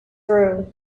through